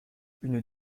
une